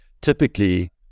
typically